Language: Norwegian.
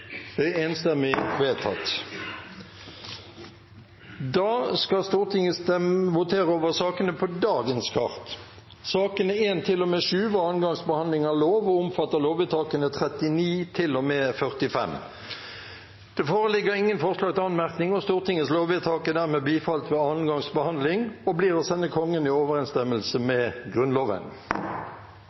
Det foreligger ingen forslag til anmerkning. Stortingets lovvedtak er dermed bifalt ved andre gangs behandling og blir å sende Kongen i overensstemmelse med Grunnloven.